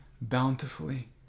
bountifully